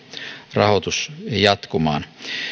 rahoitus jatkumaan